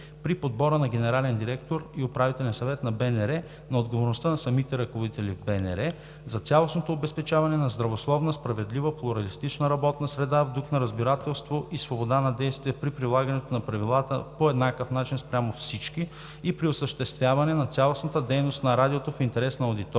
при подбора на генерален директор и управителен съвет на Българското национално радио, на отговорността на самите ръководители в Българското национално радио за цялостно обезпечаване на здравословна, справедлива, плуралистична работна среда, в дух на разбирателство и свобода на действие при прилагането на правилата по еднакъв начин спрямо всички и при осъществяване на цялостната дейност на Радиото в интерес на аудиторията,